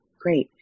Great